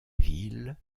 ville